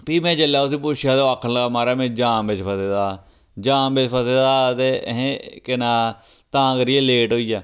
फ्ही में जेल्लै उसी पुच्छेआ ते ओह् आखन लगा महाराज़ में जाम बिच्च फसे दा हा जाम बिच्च फसे दा ते अहें केह् नांऽ तां करियै लेट होई गेआ